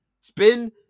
Spin